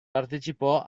partecipò